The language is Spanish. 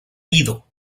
ido